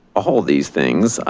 all these things.